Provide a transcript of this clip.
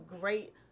great